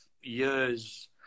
years